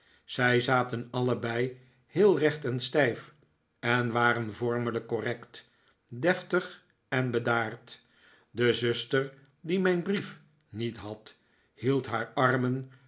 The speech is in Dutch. zij zaten allebei heel recht en stijf en waren vormelijk correct deftig en bedaard de zuster die mijn brief niet had hield haar armen